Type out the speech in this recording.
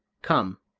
come,